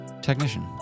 technician